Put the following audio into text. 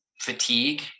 Fatigue